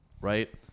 right